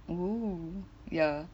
oo ya